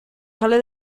sale